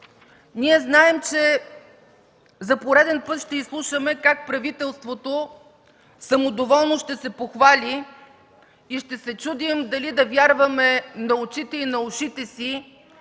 Ние знаем, че за пореден път ще изслушаме как правителството самодоволно ще се похвали и ще се чудим дали да вярваме на очите и ушите си,